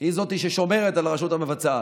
היא ששומרת על הרשות המבצעת.